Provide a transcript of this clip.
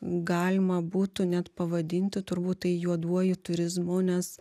galima būtų net pavadinti turbūt tai juoduoju turizmu nes